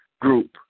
group